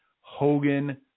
Hogan